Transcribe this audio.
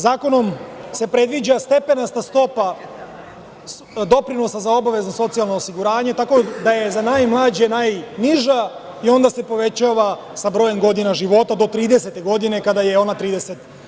Zakonom se predviđa stepenasta stopa doprinosa za obavezno socijalno osiguranje, tako da je za najmlađe najniža i onda se povećava sa brojem godina života, do tridesete godine kada je ona 30%